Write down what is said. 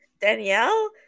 Danielle